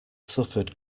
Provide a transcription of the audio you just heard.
suffered